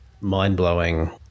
mind-blowing